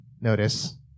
notice